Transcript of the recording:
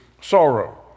sorrow